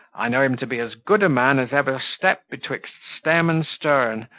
i know him to be as good a man as ever stept betwixt stem and stern,